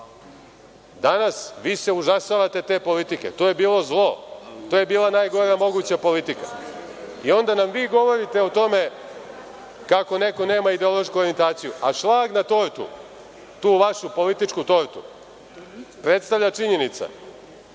vi se užasavate te politike. To je bilo zlo, to je bila najgora moguća politika, i onda nam vi govorite o tome kako neko nema ideološku orijentaciju, a šlag na tortu, tu vašu političku tortu, predstavlja činjenica